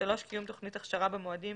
קיום תוכנית הכשרה במועדים